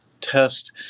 test